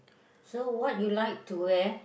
so what you like to wear